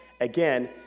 Again